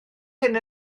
hyn